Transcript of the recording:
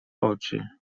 oczy